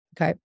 Okay